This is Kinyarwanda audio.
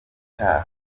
cyaha